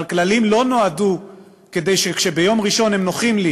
אבל כללים לא נועדו לכך שכשביום ראשון הם נוחים לי,